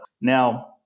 Now